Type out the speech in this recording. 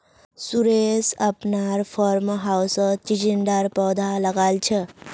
सुरेश अपनार फार्म हाउसत चिचिण्डार पौधा लगाल छ